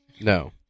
No